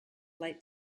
light